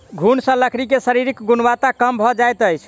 घुन सॅ लकड़ी के शारीरिक गुणवत्ता कम भ जाइत अछि